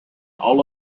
all